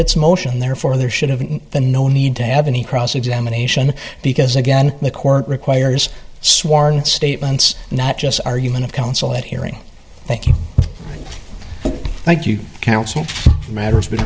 its motion therefore there should have been no need to have any cross examination because again the court requires sworn statements not just our human and counsel that hearing thank you thank you counsel matters b